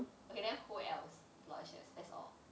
okay then who else aloysius that's all